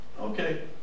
okay